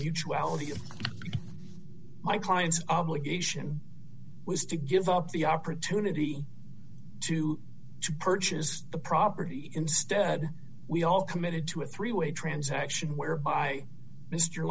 of my client's obligation was to give up the opportunity to purchase the property instead we all committed to a three way transaction whereby mr